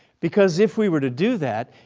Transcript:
because if we were to do that,